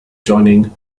joining